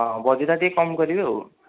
ହଁ ବଜେଟ୍ଟା ଟିକେ କମ୍ କରିବେ ଆଉ